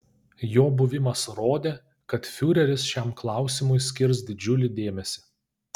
jo buvimas rodė kad fiureris šiam klausimui skirs didžiulį dėmesį